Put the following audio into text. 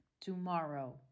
tomorrow